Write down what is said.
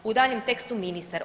U daljnjem tekstu ministar.